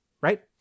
right